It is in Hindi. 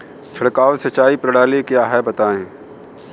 छिड़काव सिंचाई प्रणाली क्या है बताएँ?